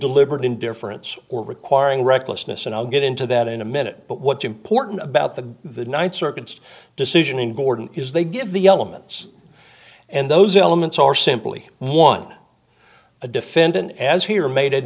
deliberate indifference or requiring recklessness and i'll get into that in a minute but what's important about the the th circuit's decision in gordon is they give the elements and those elements or simply one a defendant as here made i